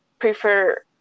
prefer